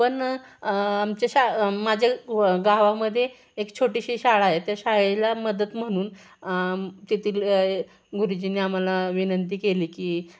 पण आमच्या शा माझ्या गावामध्ये एक छोटीशी शाळा आहे त्या शाळेला मदत म्हणून तिथील गुरुजींनी आम्हाला विनंती केली की